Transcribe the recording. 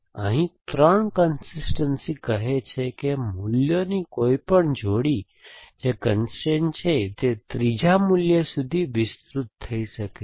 તેથી અહીં 3 કન્સિસ્ટનસી કહે છે કે મૂલ્યોની કોઈપણ જોડી જે કન્સ્ટ્રેઇન છે તે ત્રીજા મૂલ્ય સુધી વિસ્તૃત થઈ શકે છે